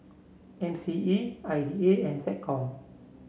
M C E I D A and SecCom